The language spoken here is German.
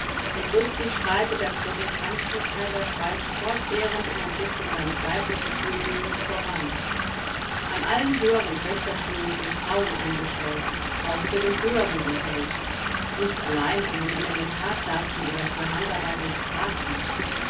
und rüstig schreitet der protestantische theil der schweiz fortwährend in entwicklung seines weiblichen schulwesens voran an allen höheren töchterschulen sind frauen angestellt auch für den höheren unterricht nicht allein an den elementarklassen oder für handarbeit und sprachen